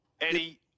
Eddie